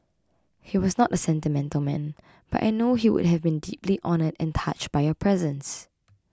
he was not a sentimental man but I know he would have been deeply honoured and touched by your presence